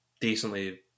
decently